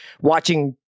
watching